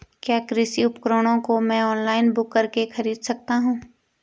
क्या कृषि उपकरणों को मैं ऑनलाइन बुक करके खरीद सकता हूँ?